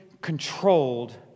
controlled